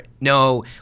no